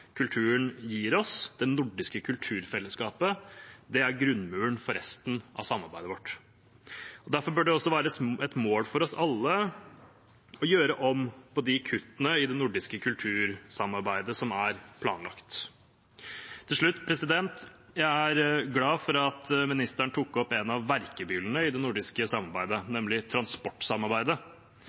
kulturen gir oss, det nordiske kulturfellesskapet, er grunnmuren for resten av samarbeidet vårt. Derfor bør det også være et mål for oss alle å gjøre om på de kuttene i det nordiske kultursamarbeidet som er planlagt. Til slutt: Jeg er glad for at ministeren tok opp en av verkebyllene i det nordiske samarbeidet, nemlig transportsamarbeidet.